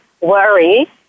worry